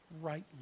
rightly